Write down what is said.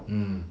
mmhmm